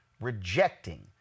rejecting